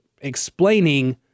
explaining